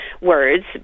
words